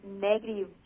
negative